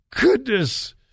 goodness